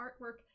artwork